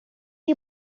you